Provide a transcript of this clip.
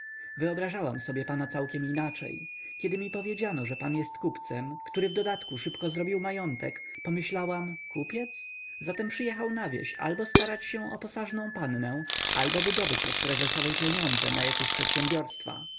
wyobrażałam sobie pana całkiem inaczej kiedy mi powiedziano że pan jest kupcem który w dodatku szybko zrobił majątek pomyślałam kupiec zatem przyjechał na wieś albo starać się o posażną pannę albo wydobyć od prezesowej pieniądze na jakieś przedsiębierstwa